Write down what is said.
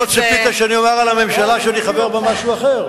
לא ציפית לומר על הממשלה שאני חבר בה משהו אחר.